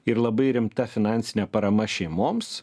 ir labai rimta finansinė parama šeimoms